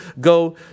go